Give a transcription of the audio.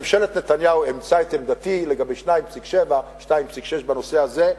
ממשלת נתניהו אימצה את עמדתי לגבי 2.6% 2.7% בנושא הזה,